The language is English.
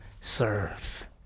serve